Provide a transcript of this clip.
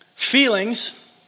Feelings